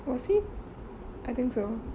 was he I think so